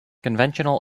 conventional